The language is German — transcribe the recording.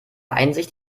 einsicht